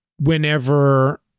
whenever